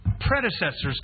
predecessors